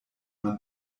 man